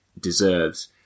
deserves